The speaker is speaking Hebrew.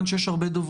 יש פער הרבה יותר גדול